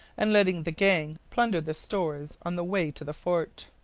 and letting the gang plunder the stores on the way to the fort.